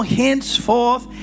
henceforth